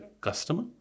customer